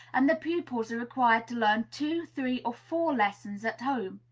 and the pupils are required to learn two, three, or four lessons at home.